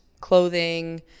clothing